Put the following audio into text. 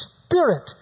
Spirit